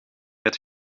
het